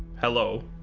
hello,